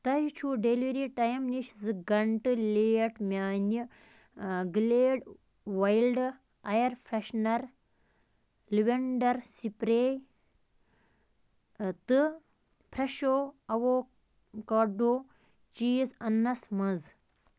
تۄہہِ چھُو delivery time نِش زٕ گھنٛٹہٕ لیٹ میٛانہِ Glade wild air freshener lavender spray تہٕ فرٛٮ۪شو اَوٚوکاڈو چیٖز انٛنَس منٛز